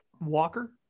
Walker